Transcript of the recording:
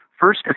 First